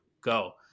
go